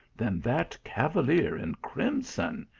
than that cavalier in crimson?